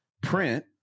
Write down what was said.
print